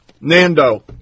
Nando